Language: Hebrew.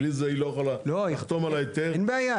בלי זה היא לא יכולה לחתום על ההיתר אין לך בעיה.